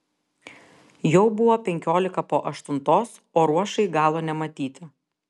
jau buvo penkiolika po aštuntos o ruošai galo nematyti